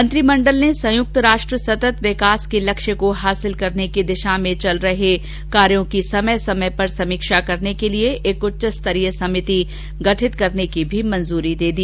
मंत्रिमंडल ने संयुक्त राष्ट्र सतत विकास के लक्ष्य को हासिल करने की दिशा में चल रहे कार्यों की समय समय पर समीक्षा करने के लिए एक उच्च स्तरीय संचालन समिति गठित करने की भी मंजूरी दे दी